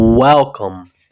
Welcome